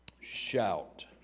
Shout